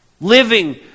living